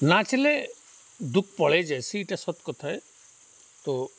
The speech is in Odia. ନାଚିଲେ ଦୁଃଖ ପଳେଇ ଯାଏ ସେଇଟା ସତ୍ କଥା ଏ ତ